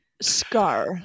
Scar